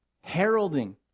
heralding